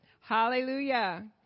hallelujah